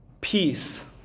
peace